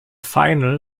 final